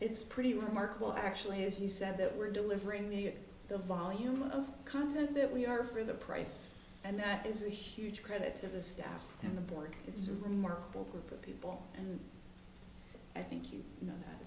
it's pretty remarkable actually as you said that we're delivering the volume of content that we are for the price and that is a huge credit to the staff and the board it's a remarkable group of people and i think you know